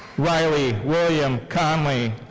riley william connolly.